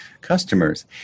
customers